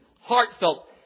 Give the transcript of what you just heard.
heartfelt